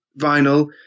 vinyl